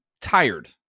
tired